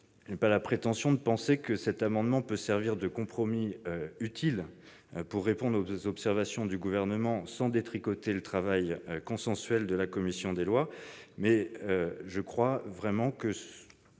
Je n'ai pas la prétention de penser que cet amendement puisse servir de compromis utile pour répondre aux observations du Gouvernement sans détricoter le travail consensuel de la commission des lois, mais nous avons vraiment, me